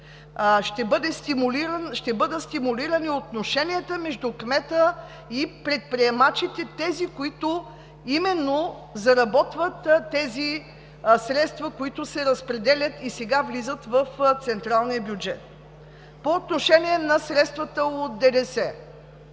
ще бъдат стимулирани отношенията между кмета и предприемачите, тези, които именно заработват тези средства, които се разпределят и сега влизат в централния бюджет. По отношение на средствата от ДДС.